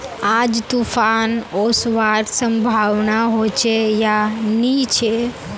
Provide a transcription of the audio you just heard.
आज तूफ़ान ओसवार संभावना होचे या नी छे?